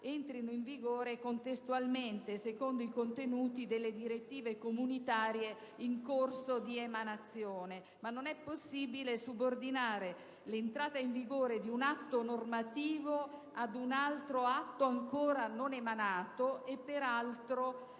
entrino in vigore contestualmente, secondo i contenuti delle direttive comunitarie in corso di emanazione; tuttavia non è possibile subordinare l'entrata in vigore di un atto normativo ad un altro atto ancora da emanare, peraltro in